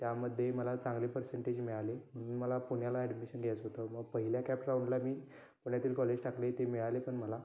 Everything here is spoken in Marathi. त्यामध्ये मला चांगले पर्सेंटेज मिळाले मला पुण्याला ॲडमिशन घ्यायचं होतं मग पहिल्या कॅप राउंडला मी पुण्यातील कॉलेज टाकले ते मिळाले पण मला